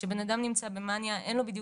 כשבן אדם נמצא במאניה אין לו בדיוק